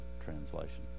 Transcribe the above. Translation